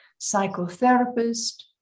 psychotherapist